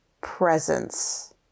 presence